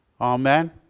amen